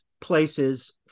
places